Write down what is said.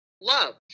love